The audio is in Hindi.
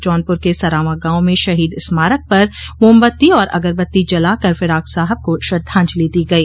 जौनपुर के सरावां गांव में शहीद स्मारक पर मोमबत्ती और अगरबत्ती जलाकर फिराक साहब को श्रद्वाजंलि दी गई